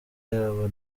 yabo